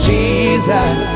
Jesus